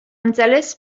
înțeles